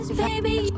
baby